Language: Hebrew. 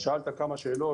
אתה שאלת כמה שאלות,